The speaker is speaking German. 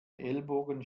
ellbogen